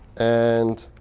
and